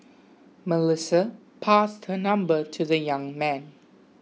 Melissa passed her number to the young man